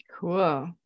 cool